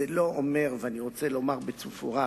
זה לא אומר, ואני רוצה לומר במפורש,